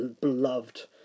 beloved